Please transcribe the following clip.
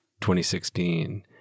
2016